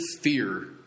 fear